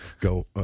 Go